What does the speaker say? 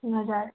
हजुर